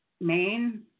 Maine